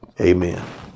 Amen